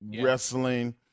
wrestling